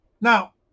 Now